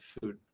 food